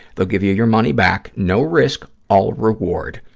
they'll give you your money back, no risk, all reward.